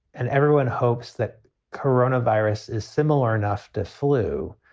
and everyone hopes that corona virus is similar enough to flu,